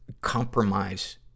compromise